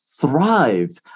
thrive